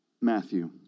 Matthew